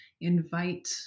invite